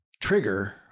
trigger